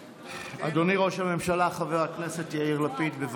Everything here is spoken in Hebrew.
אדוני ראש הממשלה חבר הכנסת יאיר לפיד, בבקשה.